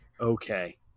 okay